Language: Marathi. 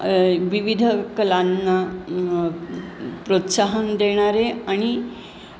विविध कलांना प्रोत्साहन देणारे आणि